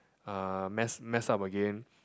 uh mess mess up again